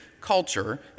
culture